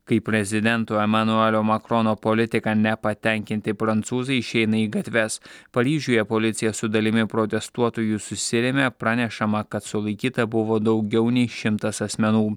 kai prezidento emanuelio makrono politika nepatenkinti prancūzai išeina į gatves paryžiuje policija su dalimi protestuotojų susirėmė pranešama kad sulaikyta buvo daugiau nei šimtas asmenų